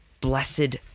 blessed